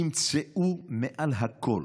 תמצאו מעל הכול